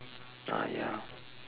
ah ya